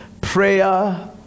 prayer